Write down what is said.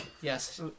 Yes